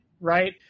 right